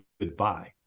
goodbye